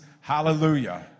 Hallelujah